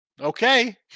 Okay